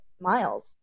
Miles